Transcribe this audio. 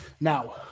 Now